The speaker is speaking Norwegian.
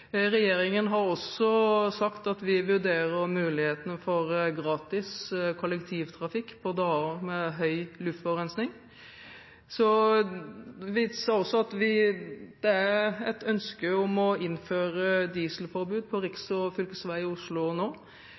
Regjeringen har også sagt at vi vurderer mulighetene for gratis kollektivtrafikk på dager med høy luftforurensning. Det er et ønske om å innføre dieselforbud på riks- og fylkesveier i Oslo nå.